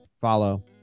follow